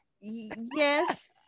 Yes